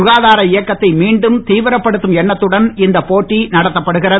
சுகாதார இயக்கத்தை மீண்டும் தீவிரப்படுத்தும் எண்ணத்துடன் இந்த போட்டி நடத்தப்படுகிறது